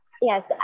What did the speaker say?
Yes